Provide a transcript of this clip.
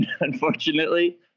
unfortunately